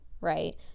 right